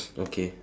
okay